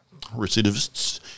recidivists